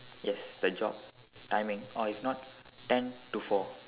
yes the job timing or if not ten to four